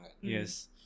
Yes